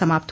समाप्त